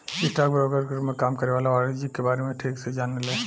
stock broker के रूप में काम करे वाला वाणिज्यिक के बारे में ठीक से जाने ले